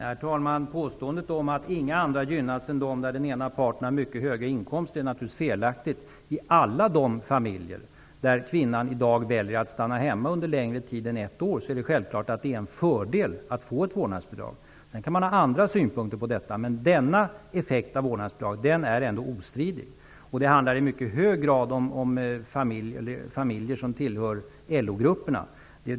Herr talman! Påståendet att inga andra familjer än dem där den ena parten har mycket hög inkomst gynnas är naturligtvis felaktigt. För alla de familjer där kvinnan i dag väljer att stanna hemma under längre tid än ett år är det självfallet en fördel att få ett vårdnadsbidrag. Man kan ha andra synpunkter på det, men denna effekt av vårdnadsbidraget är ändå ostridig. Det handlar i mycket hög grad om familjer som tillhör LO-grupperna.